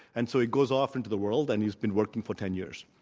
and so he goes off into the world, and he's been working for ten years.